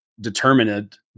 determined